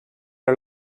era